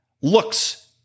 looks